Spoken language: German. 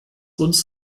uns